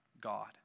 God